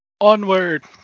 Onward